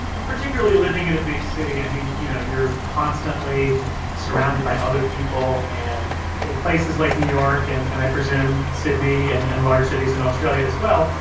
and particularly living in a big city, i mean, you know, you're constantly surrounded by other people and in places like new york and and i presume sydney and and large cities in australia as well,